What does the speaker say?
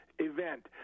Event